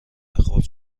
خورد